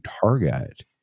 target